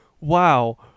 wow